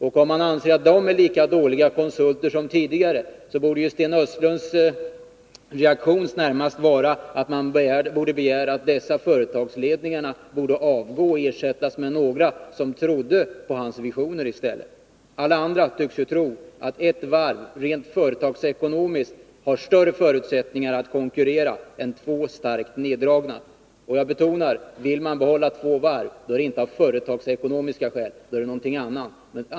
Anser han att de är lika dåliga konsulter som dem man tidigare anlitat, borde reaktionen närmast vara att begära att dessa företagsledningar skall avgå och ersättas med andra, som tror på vad han säger. Alla andra tycks tro att ett varv, rent företagsekonomiskt, har större förutsättningar att konkurrera än två starkt neddragna. Och jag betonar: Vill man behålla två varv är det inte av företagsekonomiska skäl utan av något annat skäl.